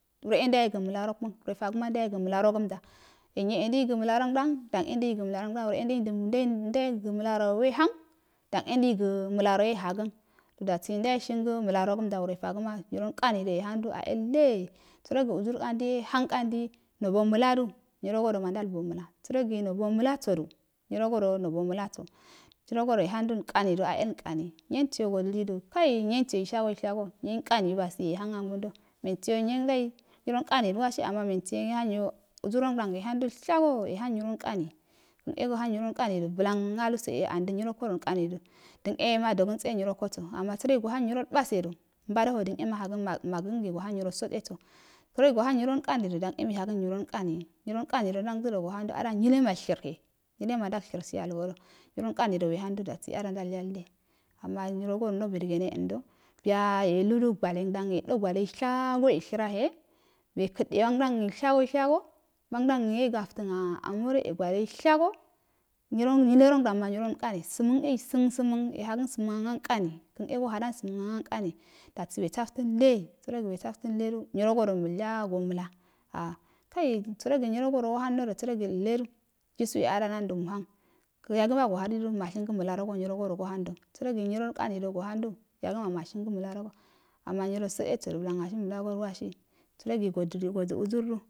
Wre e ndawe gə məlarokun wre fagoma ndawega məlarogamda yen nyo en dei gə malaronduun dene ndeigo məlarongdom wre ndei ndil ga malaro we han dan le ndauga mela ro yehagan dousi ndawe shinga makarogo mda wre fago ma nyaro nkaru we hando a a le sarogi uzur kandi no maladu nigrrogodo ma ndalbo mala zarogi nyirogodo nobo malasodun nyir rogodo nobo malabo sarogo wehando sarogo wehando a elkomi nyinsi bo godilidu kai nyuyensiyio shasoishgo nyiyen karu ye wasi yehan agu ndo mensi yo nyendai nyiro nkanui wasi ama man suyo nzurongdan yeh ando shaso yehan nyiroin kam gan e so han nyironkanido ban aduso e anda nyirrokodo ralnkanido dan e madogərtse nyrrokoso ama sərogi gohan nyirobasesedu inbadongo mahagan magəgəngi go horn nyan sotseso serogi sohan nyiroinkanido dan e mei hagən nyirrolnkan nyiroinkani ndan dədo a da nyilema tshirhe nyilema ndal shirsihe algodo nyirrol nkaniro wehando a ndal yalle ama nyirogo ndal bugene ando buya yeludu gwalendan sha gooishruahe we kədey angədandei shago wangadan yen gadan eshago nyie rongdan ma nyirrolrikani sunan e san saman yehagan saman ankane kan e gohadan sman angce nkam dasi we saftanle saro wesaltan ledu nyirogodo malyago mala kai sərogi nyirogodo nodo gohanledu a du go məla juduhahe a nando muhan yagima go haridu mashingə məlaro go nyirogoo gohando sərogi nyirolkani go hando yagəma mash ngə məlarogo ama nyire isatseso blan ushinga məlarogol wasi sərogi godili gode uzurdo,